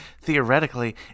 theoretically